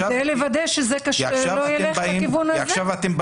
כדי לוודא שזה לא ילך לכיוון הזה.